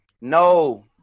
No